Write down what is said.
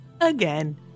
again